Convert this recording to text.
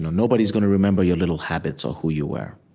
nobody's going to remember your little habits or who you were.